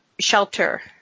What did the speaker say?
shelter